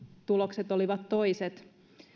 tulokset olivat toiset